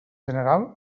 general